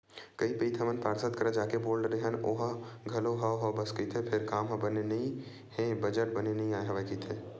कई पइत हमन पार्षद करा जाके बोल डरे हन ओहा घलो हव हव बस कहिथे फेर काम ह होथे नइ हे बजट बने नइ आय हवय कहिथे